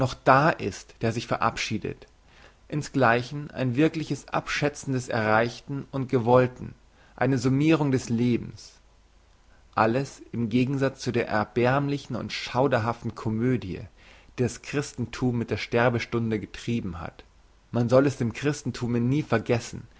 da ist der sich verabschiedet insgleichen ein wirkliches abschätzen des erreichten und gewollten eine summirung des lebens alles im gegensatz zu der erbärmlichen und schauderhaften komödie die das christenthum mit der sterbestunde getrieben hat man soll es dem christenthume nie vergessen